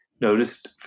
noticed